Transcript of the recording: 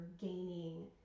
gaining